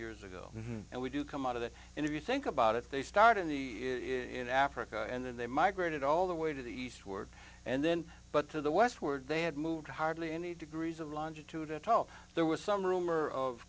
years ago and we do come out of it and if you think about it they start in the in africa and then they migrated all the way to the eastward and then but to the westward they had moved hardly any degrees of longitude at all there was some rumor of